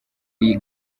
iyi